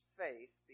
faith